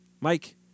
Mike